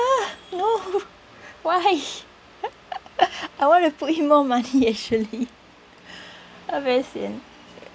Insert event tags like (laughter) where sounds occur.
!huh! no why (laughs) I wanna put in more money actually (breath) I very sian